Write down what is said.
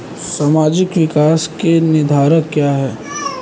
सामाजिक विकास के निर्धारक क्या है?